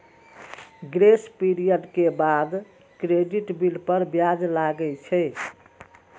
grace period के बाद credit bill पर ब्याज लागै छै